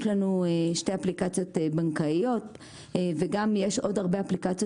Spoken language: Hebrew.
יש לנו שתי אפליקציות בנקאיות וגם יש עוד הרבה אפליקציות